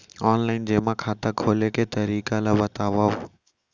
Online जेमा खाता खोले के तरीका ल बतावव?